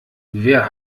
wer